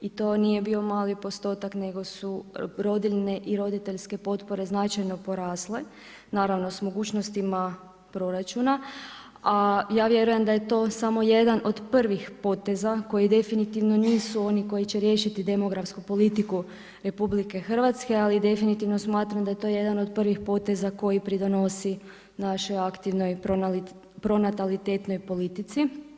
I to nije bio mali postotak nego su rodiljne i roditeljske potpore značajno porasle, naravno sa mogućnostima proračuna a ja vjerujem da je to samo jedan od prvih poteza koji definitivno nisu oni koji će riješiti demografsku politiku RH ali definitivno smatram da je to jedan od prvih poteza koji pridonosi našoj aktivnoj pronatalitetnoj politici.